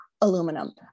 aluminum